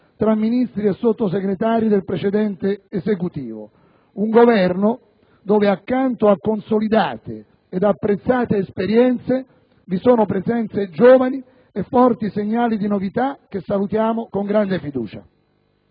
tra Ministri e Sottosegretari, del precedente Esecutivo. Un Governo dove, accanto a consolidate ed apprezzate esperienze, vi sono presenze giovani e forti segnali di novità, che salutiamo con grande fiducia.